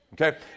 okay